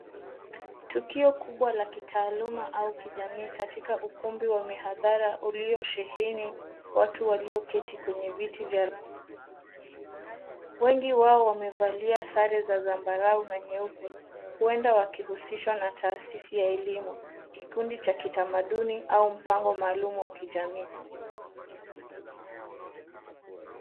Tukio kubwa la kitaaluma au kijamii katika ukumbi wa mihadhara ulio sheheni watu walioketi kwenye viti vya rangi nyekundu. Wengi wao wamevalia sare za zambarau na nyeupe. Huenda wakihusishwa na taasisi ya elimu, kikundi cha kitamaduni au mpango maalum wa kijamii.